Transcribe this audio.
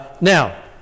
Now